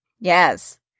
Yes